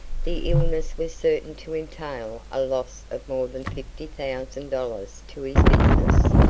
the illness was certain to entail a loss of more than fifty thousand dollars to his business.